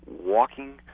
walking